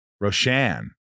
Roshan